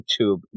YouTube